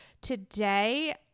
today